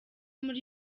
muri